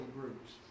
groups